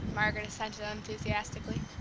margaret assented unenthusiastically.